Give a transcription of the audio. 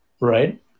Right